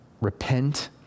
repent